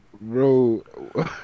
bro